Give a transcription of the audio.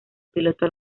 piloto